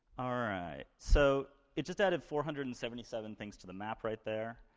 ah right, so it just added four hundred and seventy seven things to the map right there.